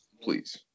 Please